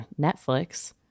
Netflix